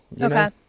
Okay